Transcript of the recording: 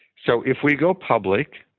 so if we go public,